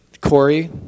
Corey